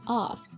off